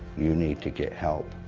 you need to get help,